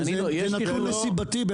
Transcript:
זה נתון נסיבתי.